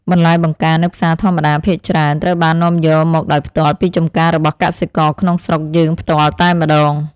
បន្លែបង្ការនៅផ្សារធម្មតាភាគច្រើនត្រូវបាននាំយកមកដោយផ្ទាល់ពីចម្ការរបស់កសិករក្នុងស្រុកយើងផ្ទាល់តែម្ដង។